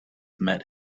met